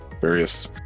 various